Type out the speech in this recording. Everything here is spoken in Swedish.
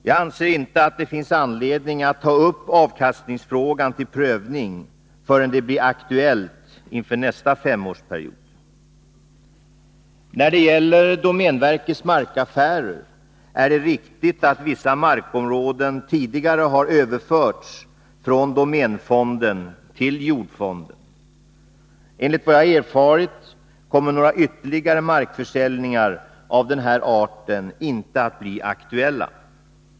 Jag anser inte att det finns anledning att ta upp avkastningsfrågan till prövning förrän det blir aktuellt inför nästa femårsperiod. När det gäller domänverkets markaffärer är det riktigt att vissa markområden tidigare har överförts från domänfonden till jordfonden. Enligt vad jag har erfarit kommer några ytterligare markförsäljningar av den här arten inte att bli aktuella.